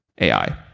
AI